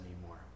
anymore